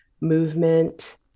movement